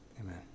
Amen